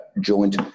joint